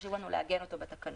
שחשוב לנו לעגן בתקנות.